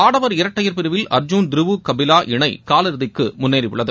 ஆடவர் இரட்டையர் பிரிவில் அர்ஜூன் த்ருவ் கபிலா இணை காலிறுதிக்கு முன்னேறியுள்ளது